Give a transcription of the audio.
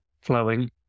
flowing